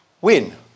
win